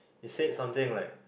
he said something like